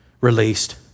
released